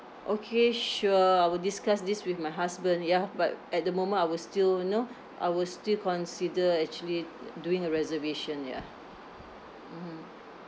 okay sure I will discuss this with my husband ya but at the moment I will still you know I will still consider actually doing a reservation ya mmhmm